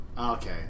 Okay